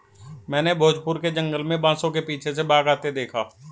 मैंने भोजपुर के जंगल में बांसों के पीछे से बाघ आते देखा